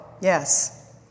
yes